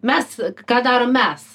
mes ką darom mes